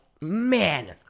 man